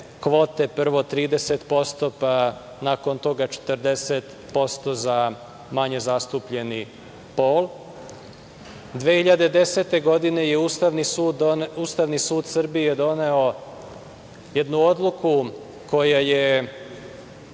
kvote, prvo 30%, pa, nakon toga 40% za manje zastupljeni pol. Godine 2010. je Ustavni sud Srbije doneo jednu odluku koja je